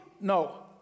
No